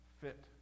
fit